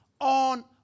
on